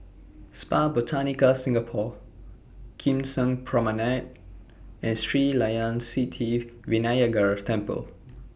Spa Botanica Singapore Kim Seng Promenade and Sri Layan Sithi Vinayagar Temple